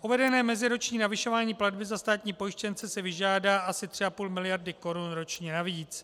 Uvedené meziroční navyšování platby za státní pojištěnce si vyžádá asi 3,5 miliardy korun ročně navíc.